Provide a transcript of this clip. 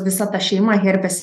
visa ta šeima herpes